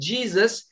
Jesus